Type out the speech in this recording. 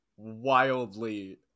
wildly